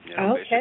Okay